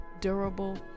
durable